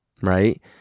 right